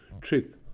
trip